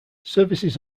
services